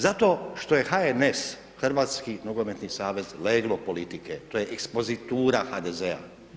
Zato što je HNS, Hrvatski nogometni savez leglo politike, to je ekspozitura HDZ-a.